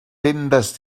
tendes